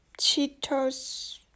Cheetos